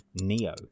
Neo